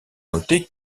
noter